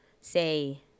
say